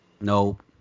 Nope